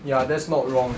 ya that's not wrong